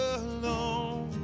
alone